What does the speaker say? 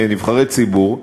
נבחרי ציבור,